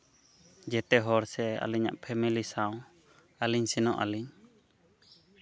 ᱡᱚᱛᱚ ᱦᱚᱲ ᱥᱮ ᱟᱹᱞᱤᱧᱟᱜ ᱯᱷᱮᱢᱮᱞᱤ ᱥᱟᱶ ᱟᱹᱞᱤᱧ ᱥᱮᱱᱚᱜ ᱟᱹᱞᱤᱧ